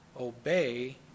Obey